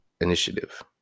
initiative